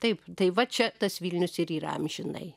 taip tai va čia tas vilnius ir yra amžinai